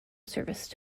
service